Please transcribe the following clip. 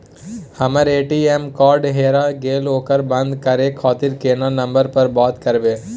हमर ATM card हेराय गेले ओकरा बंद करे खातिर केना नंबर पर बात करबे?